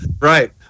Right